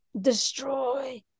destroy